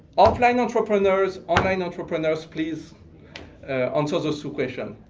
off-line entrepreneurs, online entrepreneurs please answer those two questions.